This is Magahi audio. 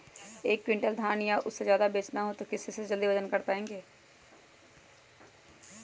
एक क्विंटल धान या उससे ज्यादा बेचना हो तो किस चीज से जल्दी वजन कर पायेंगे?